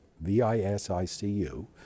V-I-S-I-C-U